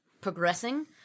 progressing